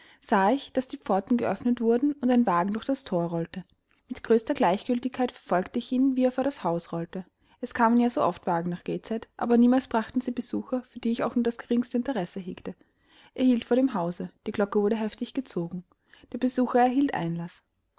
sah ich daß die pforten geöffnet wurden und ein wagen durch das thor rollte mit größter gleichgiltigkeit verfolgte ich ihn wie er vor das haus rollte es kamen ja so oft wagen nach gateshead aber niemals brachten sie besucher für die ich auch nur das geringste interesse hegte er hielt vor dem hause die glocke wurde heftig gezogen der besucher erhielt einlaß